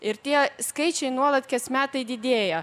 ir tie skaičiai nuolat kas metai didėja